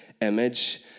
image